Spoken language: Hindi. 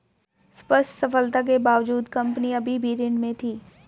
स्पष्ट सफलता के बावजूद कंपनी अभी भी ऋण में थी